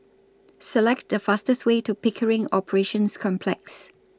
Select The fastest Way to Pickering Operations Complex